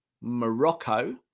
Morocco